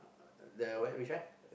uh the one which one